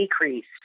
decreased